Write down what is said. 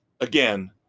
again